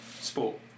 Sport